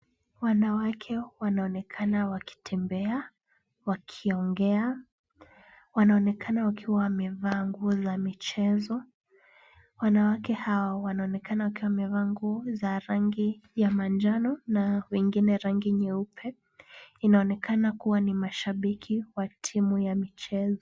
Wanawake wanaonekana wakitembea wakiongea. Wanaonekana wakiwa wamevaa nguo za michezo. Wanawake hao wanaonekana wakiwa wamevaa nguo za rangi ya manjano na wengine rangi nyeupe. Inaonekana kuwa ni mashabiki wa timu ya michezo.